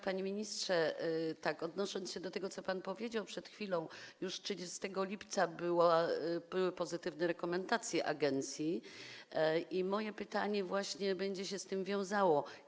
Panie ministrze, odnosząc się do tego, co pan powiedział przed chwilą, dodam, że już 30 lipca były pozytywne rekomendacje agencji i moje pytanie będzie się z tym wiązało.